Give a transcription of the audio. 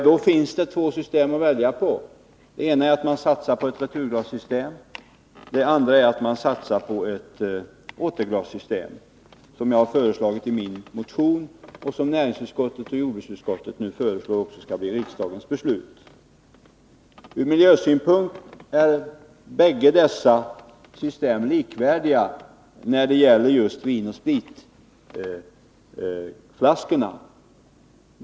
Då finns det två system att välja på. Det ena är att satsa på ett returglassystem. Det andra är att satsa på ett återglassystem, som jag föreslagit i min motion och som näringsutskottet och jordbruksutskottet nu också föreslår att riksdagen skall uttala sig för. Ur miljösynpunkt är bägge dessa system likvärdiga när det gäller just vinoch spritflaskor.